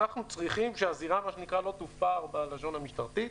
אנחנו צריכים שהזירה לא תופר בלשון המשטרתית.